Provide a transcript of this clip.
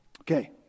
Okay